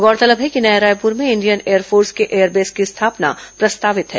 गौरतलब है कि नया रायपुर में इंडियन एयरफोर्स के एयरबेस की स्थापना प्रस्तावित है